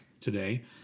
today